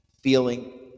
feeling